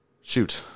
Shoot